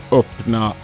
öppna